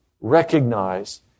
recognize